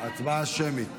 הצבעה שמית.